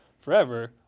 forever